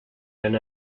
han